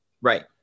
Right